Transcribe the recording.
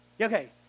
Okay